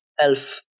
Elf